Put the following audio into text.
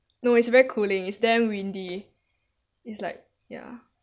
no is very cooling is damn windy is like ya